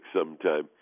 sometime